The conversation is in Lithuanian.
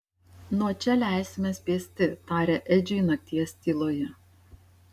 nuo čia leisimės pėsti tarė edžiui nakties tyloje